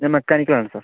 ഞാൻ മെക്കാനിക്കൽ ആണ് സർ